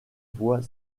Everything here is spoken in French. voix